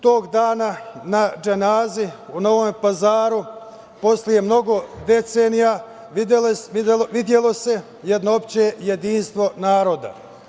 Tog dana na dženazi u Novom Pazaru, posle mnogo decenija, videlo se jedno opšte jedinstvo naroda.